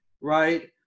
right